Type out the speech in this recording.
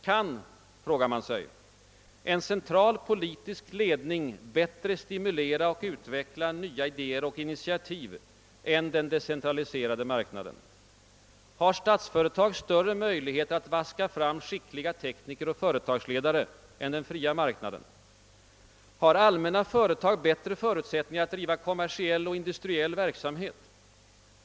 Kan — frågar man sig — en central politisk ledning bättre stimulera och utveckla nya initiativ och idéer än den decentraliserade marknaden? Har statsföretag större möjligheter att vaska fram skickliga tekniker och företagsledare än den fria marknaden? Har allmänna företag bättre förutsättningar att driva kommersiell och industriell verksamhet?